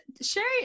Sherry